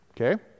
Okay